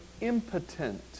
impotent